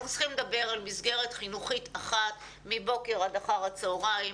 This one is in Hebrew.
אנחנו צריכים לדבר על מסגרת חינוכית אחת מבוקר עד אחר הצוהריים,